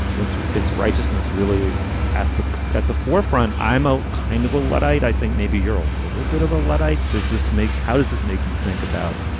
it's it's righteousness, really at the at the forefront. i'm a kind of a luddite. i think maybe you're a little bit of a luddite. does this make. how does this make you think about.